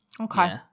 Okay